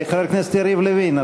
חבר הכנסת יריב לוין,